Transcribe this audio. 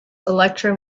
electro